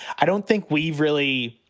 i don't think we've really.